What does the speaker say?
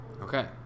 Okay